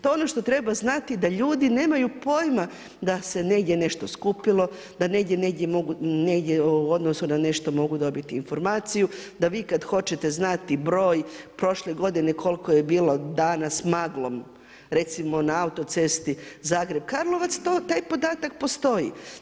To je ono što treba znati da ljudi nemaju pojma da se negdje nešto skupilo, da negdje nešto u odnosu na nešto mogu dobiti informaciju, da vi kada hoćete znati broj prošle godine koliko je bilo dana s maglom recimo na autocesti Zagreb-Karlovac, taj podatak postoji.